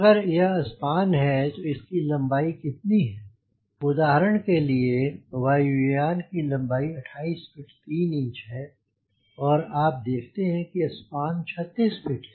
अगर यह स्पान है तो इसकी लम्बाई कितनी है हमारे उदाहरण के वायु यान की लम्बाई करीब 28 फ़ीट 3 इंच है और आप देखते हैं कि स्पान 36 फ़ीट है